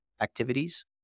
activities